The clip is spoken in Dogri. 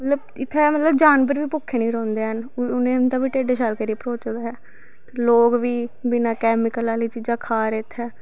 मतलव इत्थै मतलव जानवर भुक्खे नी रौंह्दे हैन उंदा बी ढिड शैल करी भरोचदा ऐ ते लोग बी बिना कैमिकल आह्लियां चीजां खा दे इत्थै